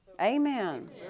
Amen